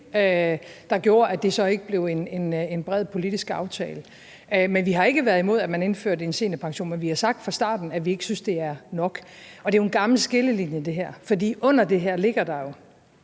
der gjorde, at det så ikke blev en bred politisk aftale. Vi har ikke været imod, at man indførte en seniorpension, men vi har sagt fra starten, at vi ikke synes, at det er nok. Der er jo tale om en gammel skillelinje her, for under det her ligger jo,